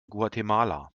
guatemala